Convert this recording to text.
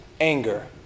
anger